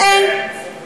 אין.